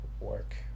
work